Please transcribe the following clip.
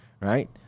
right